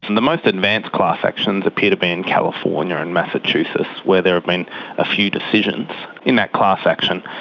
and the most advanced class actions appear to be in california and massachusetts where there have been a few decisions in that class action.